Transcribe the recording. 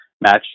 match